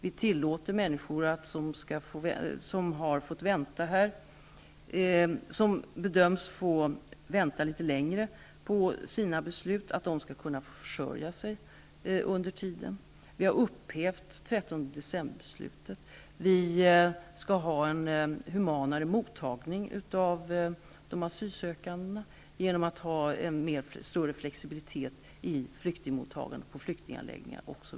Vi tillåter att människor som bedöms få vänta litet längre på sina beslut skall kunna få försörja sig under tiden. Vi har upphävt 13 december-beslutet. Och vi skall ha en humanare mottagning av de asylsökande genom att ha en större flexibilitet i flyktingmottagandet och på flyktinganläggningarna.